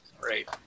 Great